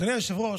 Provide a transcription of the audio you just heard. אדוני היושב-ראש,